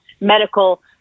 medical